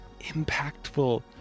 impactful